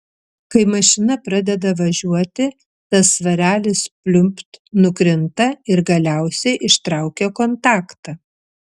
kai mašina pradeda važiuoti tas svarelis pliumpt nukrinta ir galiausiai ištraukia kontaktą